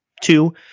two